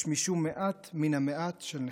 יש משום מעט מן המעט של נחמה.